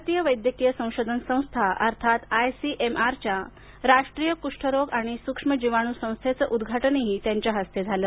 भारतीय वैद्यकीय संशोधन संस्था अर्थात आयसीएमआरच्या राष्ट्रीय कुष्ठरोग आणि सूक्ष्म जीवाणू संस्थेचं उद्घाटनही हर्ष वर्धन यांच्या हस्ते झालं